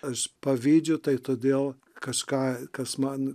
aš pavydžiu tai todėl kažką kas man